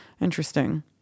Interesting